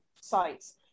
sites